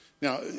Now